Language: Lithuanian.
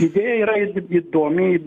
idėja yra įdomi